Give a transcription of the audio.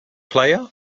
player